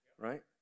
right